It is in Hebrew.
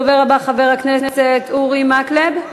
הדובר הבא, חבר הכנסת אורי מקלב,